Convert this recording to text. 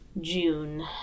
June